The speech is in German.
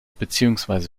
beziehungsweise